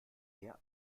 mehr